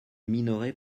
minorés